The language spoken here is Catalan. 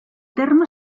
terme